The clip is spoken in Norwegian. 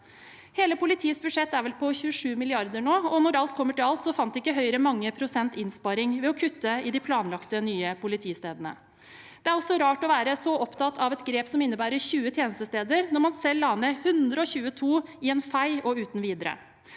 Hele politiets budsjett er vel på 27 mrd. kr nå, og når alt kommer til alt, fant ikke Høyre mange prosent innsparing ved å kutte i de planlagte nye politistedene. Det er også rart å være så opptatt av et grep som innebærer 20 tjenestesteder, når man uten videre selv la ned 122 i en fei. Med